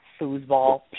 Foosball